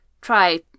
try